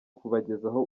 kubagezaho